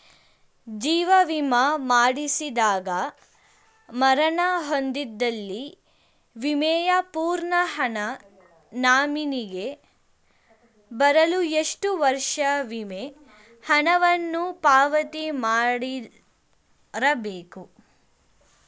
ಜೀವ ವಿಮಾ ಮಾಡಿಸಿದಾಗ ಮರಣ ಹೊಂದಿದ್ದಲ್ಲಿ ವಿಮೆಯ ಪೂರ್ಣ ಹಣ ನಾಮಿನಿಗೆ ಬರಲು ಎಷ್ಟು ವರ್ಷ ವಿಮೆ ಹಣವನ್ನು ಪಾವತಿ ಮಾಡಿರಬೇಕು?